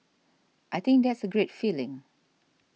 I think that's a great feeling